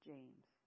James